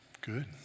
Good